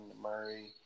Murray